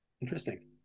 Interesting